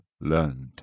learned